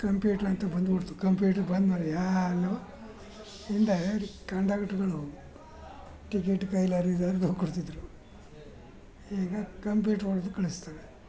computer ಅಂತ ಬಂದ್ಬಿಡ್ತು computer ಬಂದ್ಮೇಲೆ ಯಲ್ವು ಇಂದೇ ಕಂಡಕ್ಟ್ರುಗಳು ಟಿಕೇಟ್ ಕೈಲಿ ಹರಿದು ಅದ್ರ ಹೋಗಿ ಕೊಡ್ತಿದ್ದರು ಈಗ ಕಂಪ್ಯೂಟ್ರ್ ಹೊಡ್ದು ಕಳಿಸ್ತದೆ